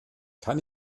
kann